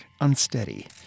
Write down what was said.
unsteady